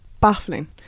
baffling